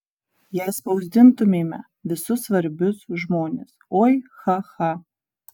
jei spausdintumėme visus svarbius žmones oi cha cha